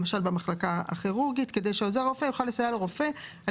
למשל במחלקה הכירורגית כדי שעוזר רופא יוכל לסייע לרופא על